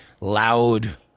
loud